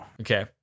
Okay